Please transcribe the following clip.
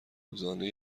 روزانه